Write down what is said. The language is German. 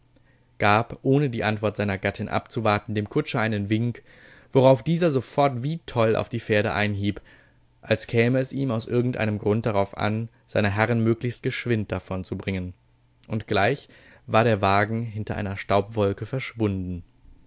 gab ohne die antwort seiner gattin abzuwarten dem kutscher einen wink worauf dieser sofort wie toll auf die pferde einhieb als käme es ihm aus irgendeinem grund darauf an seine herrin möglichst geschwind davonzubringen und gleich war der wagen hinter einer staubwolke verschwunden